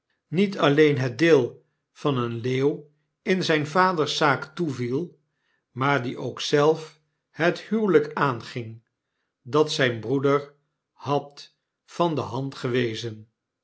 niet alleen het deel van den leeuw in zyn vaders zaak toeviel maar die ook zelf het huwelyk aanging dat zjjn broeder had van de hand gewezen